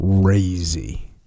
crazy